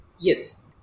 Yes